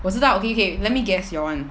我知道 okay okay let me guess your one